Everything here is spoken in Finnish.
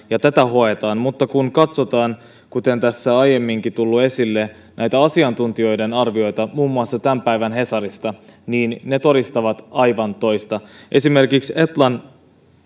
ja tätä hoetaan mutta kun katsotaan kuten tässä aiemminkin on tullut esille asiantuntijoiden arvioita muun muassa tämän päivän hesarista niin ne todistavat aivan toista esimerkiksi etlan